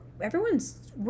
everyone's